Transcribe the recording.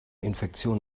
infektion